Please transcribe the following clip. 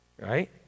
Right